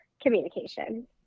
communication